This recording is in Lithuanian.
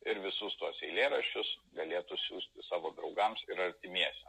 ir visus tuos eilėraščius galėtų siųsti savo draugams ir artimiesiem